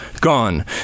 gone